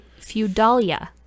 Feudalia